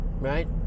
right